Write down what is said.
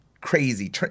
crazy